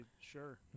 Sure